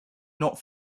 not